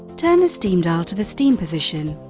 turn the steam dial to the steam position.